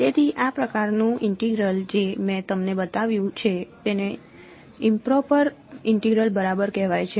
તેથી આ પ્રકારનું ઇન્ટેગ્રલ જે મેં તમને બતાવ્યું છે તેને ઇમપ્રોપર ઇન્ટેગ્રલ બરાબર કહેવાય છે